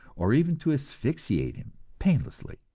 or even to asphyxiate him painlessly